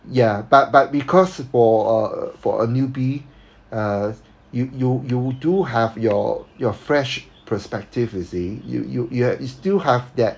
ya but but because for a for a newbie err you you you do have your your fresh perspective you see you you you you still have that